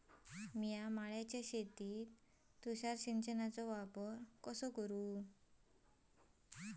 मिया माळ्याच्या शेतीत तुषार सिंचनचो वापर कसो करू?